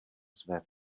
své